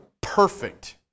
perfect